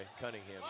Cunningham